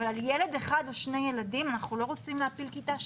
אבל על ילד אחד או שני ילדים אנחנו לא רוצים להפיל כיתה שלמה.